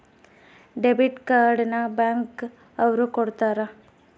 debit card ನ bank ಅವ್ರು ಕೊಡ್ತಾರ